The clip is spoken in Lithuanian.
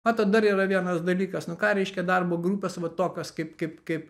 matote dar yra vienas dalykas nu ką reiškia darbo grupės tokios kaip kaip kaip